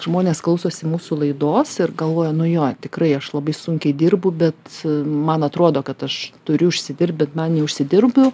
žmonės klausosi mūsų laidos ir galvoja nu jo tikrai aš labai sunkiai dirbu bet man atrodo kad aš turiu užsidirbt bet man neužsidirbu